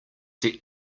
set